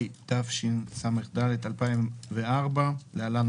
התשס"ד 2004 (להלן,